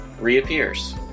reappears